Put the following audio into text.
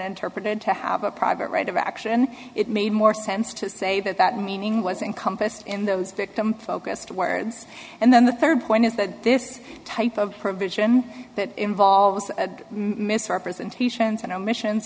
interpreted to have a private right of action it made more sense to say that that meaning was encompassed in those victim focused words and then the third point is that this type of provision that involves misrepresentations and omissions